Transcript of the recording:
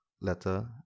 letter